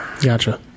Gotcha